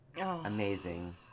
amazing